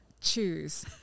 choose